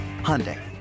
Hyundai